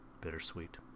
bittersweet